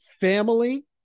family